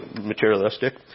materialistic